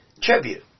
tribute